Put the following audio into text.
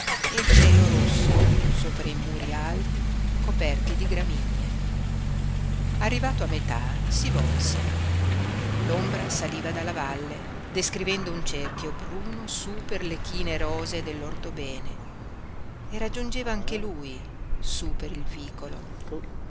e il cielo rosso sopra i muri alti coperti di gramigne arrivato a metà si volse l'ombra saliva dalla valle descrivendo un cerchio bruno su per le chine rosee dell'orthobene e raggiungeva anche lui su per il vicolo